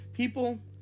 People